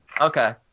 okay